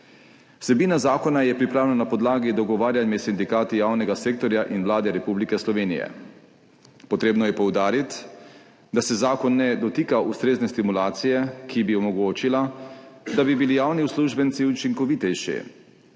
Vsebina zakona je pripravljen na podlagi dogovarjanja s sindikati javnega sektorja in Vlade Republike Slovenije. Potrebno je poudariti, da se zakon ne dotika ustrezne stimulacije, ki bi omogočila, da bi bili javni uslužbenci učinkovitejši.